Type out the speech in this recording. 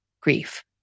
grief